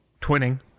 twinning